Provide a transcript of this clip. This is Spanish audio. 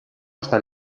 hasta